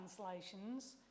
translations